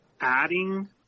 adding